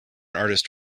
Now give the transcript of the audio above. artist